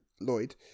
Lloyd